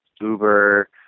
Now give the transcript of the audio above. Uber